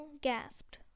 gasped